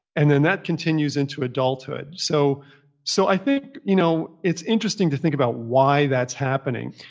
and then, that continues into adulthood. so so i think you know it's interesting to think about why that's happening.